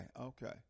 okay